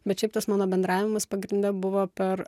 bet šiaip tas mano bendravimas pagrinde buvo per